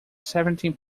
seventeen